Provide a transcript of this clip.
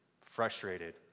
frustrated